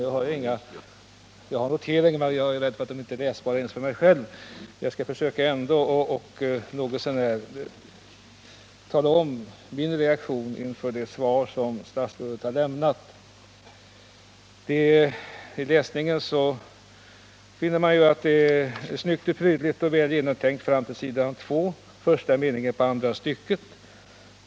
Jag befarar att de noteringar jag nu har knappast är läsbara ens för mig själv, men jag skall trots allt försöka att klargöra min reaktion på det svar som statsrådet har lämnat. Vid läsningen av svaret finner man att det är snyggt och prydligt och väl genomtänkt fram till s. 2, första meningen på andra stycket.